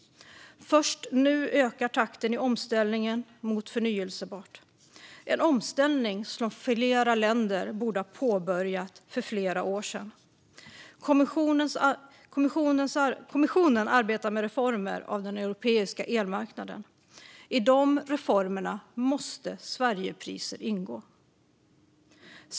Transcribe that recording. Först nu ökar takten i omställningen mot förnybart. En omställning som flera länder borde ha påbörjat för flera år sedan. Kommissionen arbetar med reformer av den europeiska elmarknaden. I de reformerna måste Sverigepriser ingå.